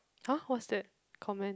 !huh! what's that comment